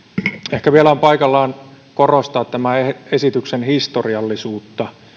ehkä vielä on paikallaan korostaa tämän esityksen historiallisuutta